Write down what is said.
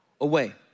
away